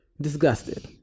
Disgusted